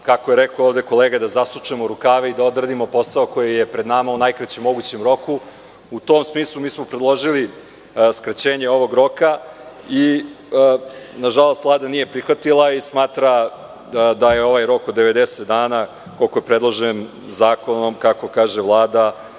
kako je rekao ovde kolega – da zasučemo rukave i da odradimo posao koji je pred nama u najkraćem mogućem roku, u tom smislu mi smo predložili skraćenje ovog roka. Nažalost, Vlada nije prihvatila i smatra da je ovaj rok od 90 dana, koliko je predložen zakonom, kako kaže Vlada,